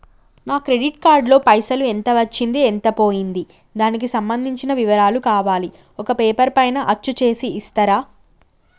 నా credit card లో పైసలు ఎంత వచ్చింది ఎంత పోయింది దానికి సంబంధించిన వివరాలు కావాలి ఒక పేపర్ పైన అచ్చు చేసి ఇస్తరా?